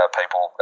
people